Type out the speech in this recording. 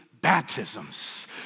Baptisms